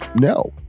no